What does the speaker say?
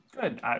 good